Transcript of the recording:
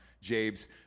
Jabe's